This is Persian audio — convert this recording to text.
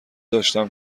داشتم